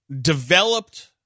developed